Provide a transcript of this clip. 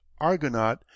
Argonaut